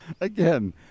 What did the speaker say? Again